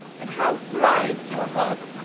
and how thrives your love?